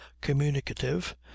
communicative